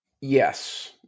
Yes